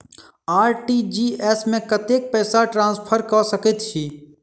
RTGS मे कतेक पैसा ट्रान्सफर कऽ सकैत छी?